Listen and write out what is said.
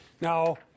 Now